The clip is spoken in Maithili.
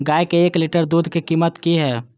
गाय के एक लीटर दूध के कीमत की हय?